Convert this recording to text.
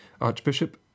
Archbishop